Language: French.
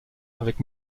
avec